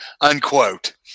unquote